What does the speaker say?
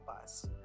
bus